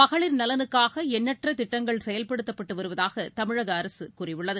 மகளிர் நலனுக்காக எண்ணற்ற திட்டங்கள் செயல்படுத்தப்பட்டு வருவதாக தமிழக அரசு கூறியுள்ளது